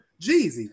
Jeezy